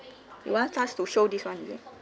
you want us to show this one is it